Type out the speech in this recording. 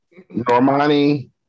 Normani